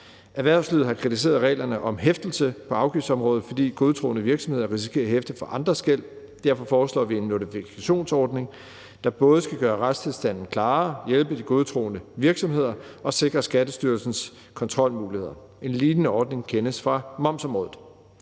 Erhvervslivet har kritiseret reglerne om hæftelse på afgiftsområdet, fordi godtroende virksomheder risikerer at hæfte for andres gæld. Derfor foreslår vi en notifikationsordning, der både skal gøre retstilstanden klarere, hjælpe de godtroende virksomheder og sikre Skattestyrelsens kontrolmuligheder. En lignende ordning kendes fra momsområdet.